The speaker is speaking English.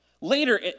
Later